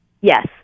Yes